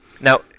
Now